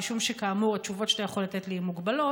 משום שכאמור התשובות שאתה יכול לתת לי הן מוגבלות,